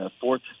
fourth